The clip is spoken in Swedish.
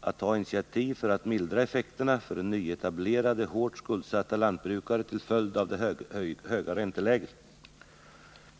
att ta initiativ för att mildra effekterna för nyetablerade, hårt skuldsatta lantbrukare till följd av det höga ränteläget.